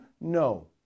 No